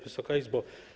Wysoka Izbo!